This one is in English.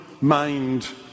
mind